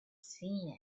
seen